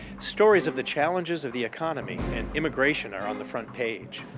stories of the challenges of the economy and immigration are on the front page.